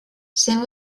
sent